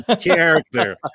character